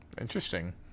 Interesting